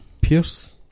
Pierce